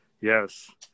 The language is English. yes